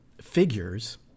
figures